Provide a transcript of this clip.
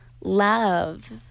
love